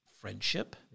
friendship